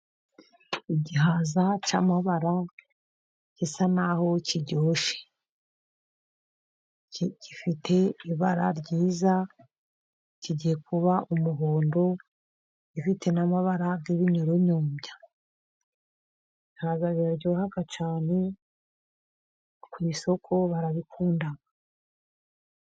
Igihaza cy'amabara gisa naho biryoshye, gifite ibara ryiza kigiye kuba umuhondo, gifite n'amabara y'umukororombya. Ibihaza biraryoha cyane, ku isoko barabikunda.